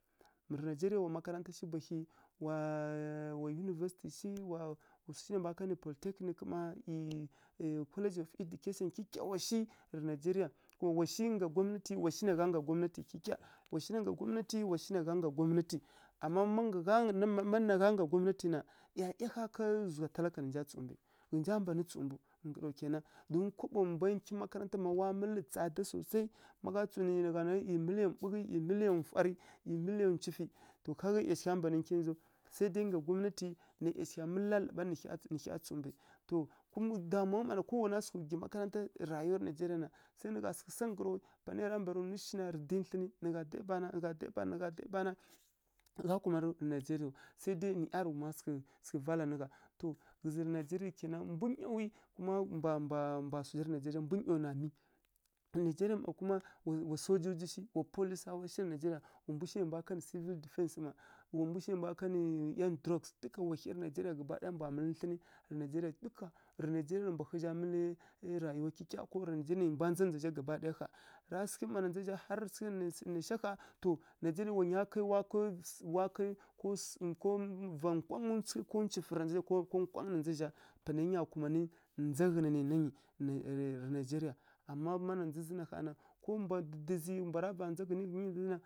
Rǝ nigeria, wa makaranta shi bwahyi, wa wa university shi, a wa swu shi nai mbwa kanǝ polytechnic mma, kwalag of education kyikya wa shi rǝ nigeria. To wa shi ngga gwamnati, wa shi na gha ngga gwamnati kyikya. Wa shi ngga gha gwamnati, amma ngga gwamnati na, ˈyaˈyagha ká zugha talaka nǝ nja tsǝw mbǝ. Ghǝnja mban tsǝw mbǝw, don kaɓo nǝ mbwa nkyi makaranta nǝ ma, wa mǝlǝ tsada susai, má gha tsǝw nǝ gha nanǝ ˈyi miliyonǝ ɓughǝ, ˈyi miliyonǝ fwadǝ, ˈyi milionǝ ncufǝ, to kaga ˈyashigha mbanǝ nkyin njaw, sai dai ngga gwamnatiyi, nǝ ˈyashigha mǝlǝ lalaɓa nǝ, nǝ hya tsǝw mbǝ. To, kum damungǝ mma na. Ko wana sǝghǝ gwi makaranta rayiwa nigeria na, sai nǝ gha sǝghǝ sa nggǝrowi, panai ya ra mbara nwu shina rǝ dyi thlǝnǝ. Nǝ gha dyi bana, nǝ gha dyi bana, gha kumanǝ rǝ nigeriw sai dai nǝ ˈyarighuma sǝghǝ sǝghǝ vala nǝ gha. Ghǝzǝ rǝ nigeria ke na mbu nyawi, mbwa mbwa su zha rǝ nigeria kuma mbu nyaw na mǝlǝ. Tǝ nigeria mma kuma, wa sojuji shi, wa polisawa shi tǝ nigeria, wa mbu shi nai mbwa kanɨ civil defence mma, wa mbu shi nai mbwa kanǝ ˈyan dǝrukǝs duka wa hyi rǝ nigeria gaba ɗaya mbwa mǝlǝ thlǝnǝ rǝ nigeria duka. Rǝ nigeria nǝ mbwa ghǝzha mǝlǝ rayiwa hyi já, nǝ mbwa ndza ndza zha gaba ɗaya ƙha. Ra sǝghǝ mma na ndza zǝ zha, har sǝghǝ nai sha ƙha, to nigeria wa nuwa kai wa kai wa kai c ko va nkwangǝ tsughǝ ko ncufǝ ko kwangǝ rǝ ndza ghǝnananyi rǝ nigeria. Amma mana ndza zǝ na gha na, ko mbwa dǝdǝzǝ mbwara va ndza ghǝnyi ghǝnyi na.